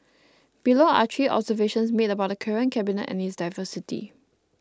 below are three observations made about the current cabinet and its diversity